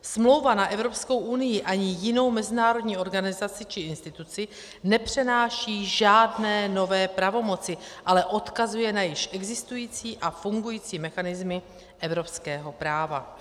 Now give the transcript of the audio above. Smlouva na EU ani jinou mezinárodní organizaci či instituci nepřenáší žádné nové pravomoci, ale odkazuje na již existující a fungující mechanismy evropského práva.